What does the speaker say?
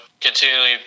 continually